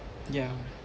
yeah